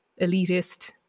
elitist